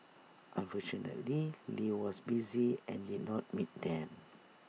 unfortunately lee was busy and did not meet them